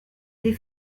les